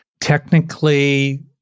Technically